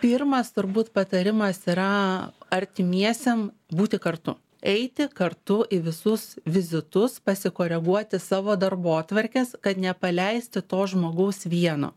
pirmas turbūt patarimas yra artimiesiem būti kartu eiti kartu į visus vizitus pasikoreguoti savo darbotvarkes kad nepaleisti to žmogaus vieno